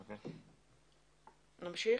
נמשיך.